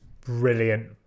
Brilliant